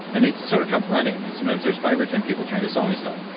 and they sort of come running, and sometimes there's five or ten people trying to sell me stuff.